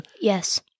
Yes